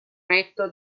retto